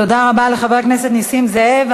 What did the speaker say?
תודה רבה לחבר הכנסת נסים זאב.